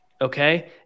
Okay